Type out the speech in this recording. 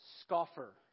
Scoffer